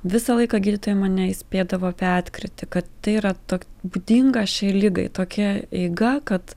visą laiką gydytojai mane įspėdavo apie atkrytį kad tai yra tok būdinga šiai ligai tokia eiga kad